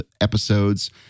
episodes